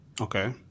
Okay